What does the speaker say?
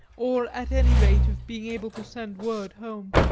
or at any rate of being able to send word home.